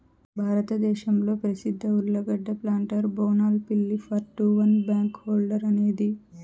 భారతదేశంలో ప్రసిద్ధ ఉర్లగడ్డ ప్లాంటర్ బోనాల్ పిల్లి four two one backhoe loader అనేది